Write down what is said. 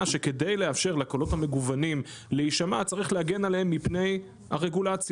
שכדי לאפשר לקולות המגוונים להישמע צריך להגן עליהם מפני הרגולציה.